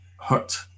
Hurt